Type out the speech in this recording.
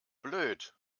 blöd